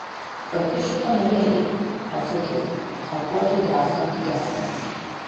pati šito norėjai atsakiau akuotui draskant gerklę